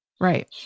Right